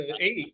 Eight